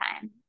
time